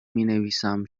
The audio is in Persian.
مینویسم